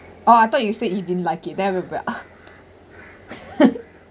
oh I thought you say you didn't like it then I remembered ah